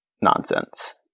nonsense